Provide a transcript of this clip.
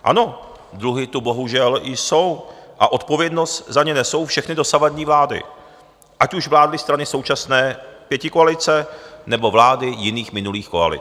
Ano, dluhy tu bohužel jsou a odpovědnost za ně nesou všechny dosavadní vlády, ať už vlády současné pětikoalice, nebo vlády jiných minulých koalic.